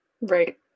Right